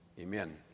Amen